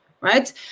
right